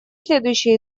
следующий